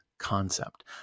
concept